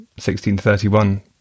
1631